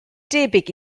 debyg